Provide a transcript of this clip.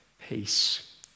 peace